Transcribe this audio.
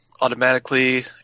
automatically